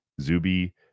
Zuby